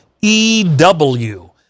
EW